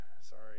sorry